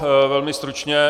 Velmi stručně.